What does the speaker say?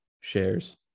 shares